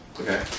okay